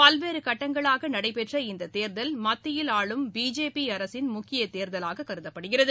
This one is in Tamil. பல்வேறு கட்டங்களாக நடைபெற்ற இந்த தேர்தல் மத்தியில் ஆளும் பிஜேபி அரசின் முக்கிய கேர்தலாக கருதப்படுகிறது